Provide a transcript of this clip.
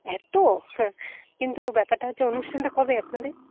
এত কিন্তু ব্যাপারটা হচ্ছে অনুষ্ঠানটা কবে আপনাদের